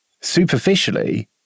superficially